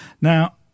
Now